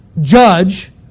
judge